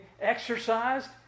exercised